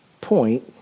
point